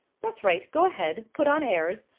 that's right! go ahead! put on airs!